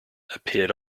appeared